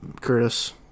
Curtis